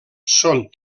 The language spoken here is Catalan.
són